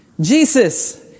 Jesus